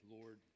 Lord